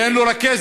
ואין לו רכזת.